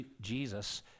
Jesus